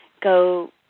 go